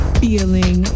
feeling